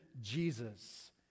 Jesus